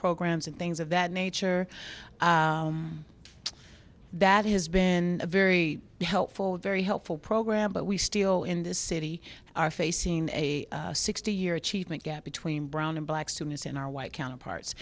programs and things of that nature that has been very helpful very helpful program but we still in this city are facing a sixty year achievement gap between brown and black students in our white counterparts